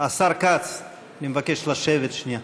השר כץ, אני מבקש לשבת שנייה.